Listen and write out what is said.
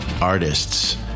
artists